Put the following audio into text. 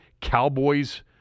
Cowboys